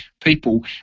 people